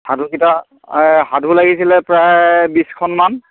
সাধু কিতা সাধু লাগিছিলে প্ৰায় বিছখনমান